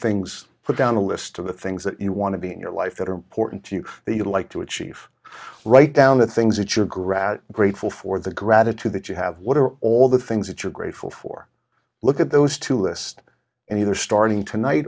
things put down a list of the things that you want to be in your life that are important to you that you like to achieve right down the things that you're grat grateful for the gratitude that you have what are all the things that you're grateful for look at those two list and you are starting tonight